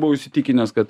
buvau įsitikinęs kad